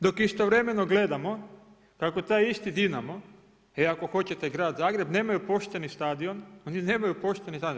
Dok istovremeno gledamo kako taj isti Dinamo ili ako hoćete grad Zagreb nemaju pošteni stadion, oni nemaju pošteni stadion.